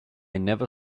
never